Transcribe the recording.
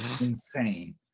insane